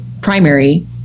primary